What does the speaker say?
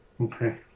Okay